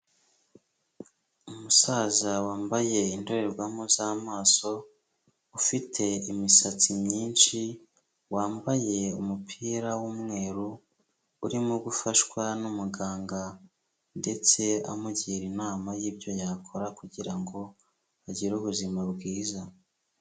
Umusaza wambaye indorerwamo z'amaso ufite imisatsi myinshi, wambaye umupira w'umweru; urimo gufashwa n'umuganga ndetse amugira inama y'ibyo yakora kugira ngo agire ubuzima bwiza.